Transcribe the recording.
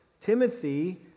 Timothy